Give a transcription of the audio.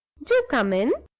do come in!